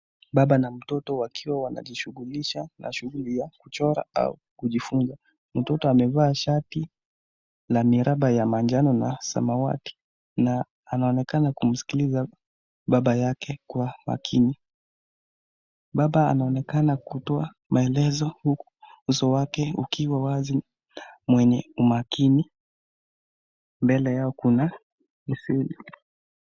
baba na mtoto wakiwa wanajishungulisha na shunguli ya kuchora au kujifunza. mtoto amevaa shati ya miraba ya manjano na samawati na anaonekana kumsikiliza baba yake kwa makini. baba anaonekana kutoa maelezo huku uso wake ukiwa wazi mwenye umakini mbele yao kuna kivuli.